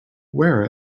wear